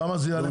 למה?